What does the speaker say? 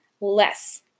less